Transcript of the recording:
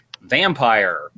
Vampire